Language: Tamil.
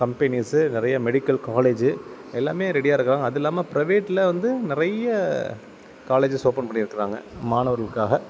கம்பெனிஸு நிறைய மெடிக்கல் காலேஜூ எல்லாமே ரெடியாக இருக்காங்க அது இல்லாமல் பிரைவேட்டில் வந்து நிறைய காலேஜஸ் ஓபன் பண்ணி இருக்கிறாங்க மாணவர்களுக்காக